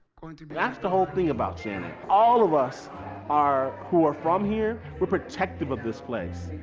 going to be. that's the whole thing about shannon. all of us are, who are from here, we're protective of this place.